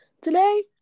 today